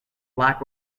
black